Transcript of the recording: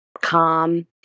calm